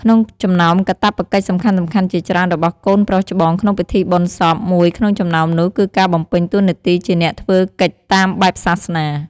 ក្នុងចំណោមការកាតព្វកិច្ចសំខាន់ៗជាច្រើនរបស់កូនប្រុសច្បងក្នុងពិធីបុណ្យសព មួយក្នុងចំណោមនោះគឺការបំពេញតួនាទីជាអ្នកធ្វើកិច្ចតាមបែបសាសនា។